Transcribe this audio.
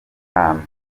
hantu